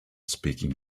speaking